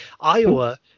Iowa